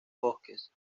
bosques